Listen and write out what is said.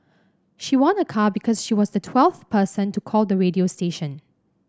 she won a car because she was the twelfth person to call the radio station